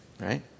right